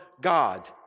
God